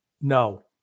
No